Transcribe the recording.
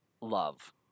love